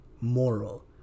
moral